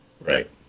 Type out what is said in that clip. right